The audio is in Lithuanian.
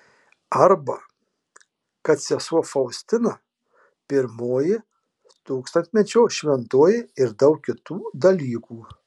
arba kad sesuo faustina pirmoji tūkstantmečio šventoji ir daug kitų dalykų